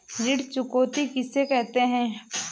ऋण चुकौती किसे कहते हैं?